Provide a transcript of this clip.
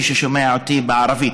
מי ששומע אותי בערבית,